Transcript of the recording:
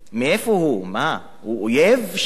מה, הוא אויב של מדינת ישראל?